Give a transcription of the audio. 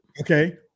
Okay